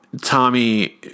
Tommy